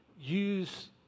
use